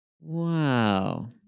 Wow